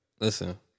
Listen